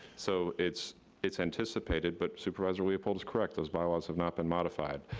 so it's it's anticipated, but supervisor leopold's correct, those by-laws have not been modified.